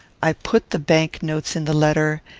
i put the bank-notes in the letter,